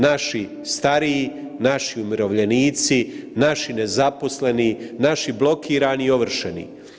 Naši stariji, naši umirovljenici, naši nezaposleni, naši blokirani i ovršeni.